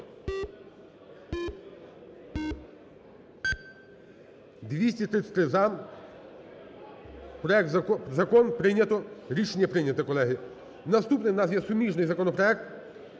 прийнято. Рішення прийняте, колеги. Наступний в нас є суміжний законопроект.